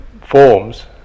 forms